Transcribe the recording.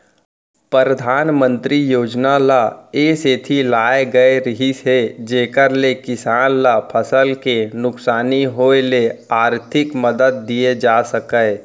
परधानमंतरी योजना ल ए सेती लाए गए रहिस हे जेकर ले किसान ल फसल के नुकसानी होय ले आरथिक मदद दिये जा सकय